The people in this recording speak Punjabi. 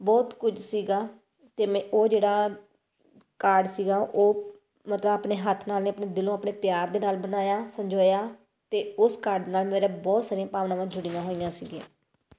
ਬਹੁਤ ਕੁਛ ਸੀਗਾ ਅਤੇ ਮੈਂ ਉਹ ਜਿਹੜਾ ਕਾਰਡ ਸੀਗਾ ਉਹ ਮਤਲਬ ਆਪਣੇ ਹੱਥ ਨਾਲ ਨਹੀਂ ਆਪਣੇ ਦਿਲੋਂ ਆਪਣੇ ਪਿਆਰ ਦੇ ਨਾਲ ਬਣਾਇਆ ਸੰਜੋਇਆ ਅਤੇ ਉਸ ਕਾਰਡ ਦੇ ਨਾਲ ਮੇਰਾ ਬਹੁਤ ਸਾਰੀਆਂ ਭਾਵਨਾਵਾਂ ਜੁੜੀਆਂ ਹੋਈਆਂ ਸੀਗੀਆਂ